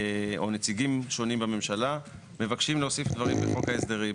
נציגים שונים בממשלה מבקשים להוסיף דברים בחוק ההסדרים